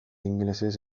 ingelesez